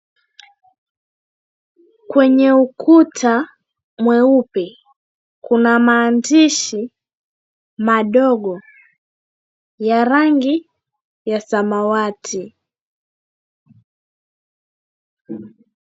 Kwenye ukuta mweupe kuna maandishi madogo ya rangi ya samawati.